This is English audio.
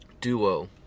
duo